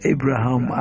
Abraham